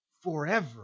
forever